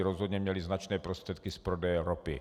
Rozhodně měli značné prostředky z prodeje ropy.